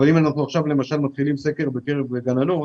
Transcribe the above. אבל אם אנחנו עכשיו למשל מפעילים סקר בקרב גננות